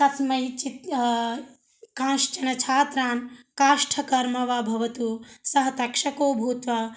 कस्मैचित् कांश्चन छात्रान् काष्ठकर्म वा भवतु सः तक्षको भूत्वा